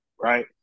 Right